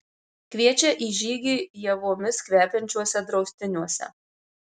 kviečia į žygį ievomis kvepiančiuose draustiniuose